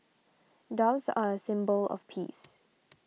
doves are a symbol of peace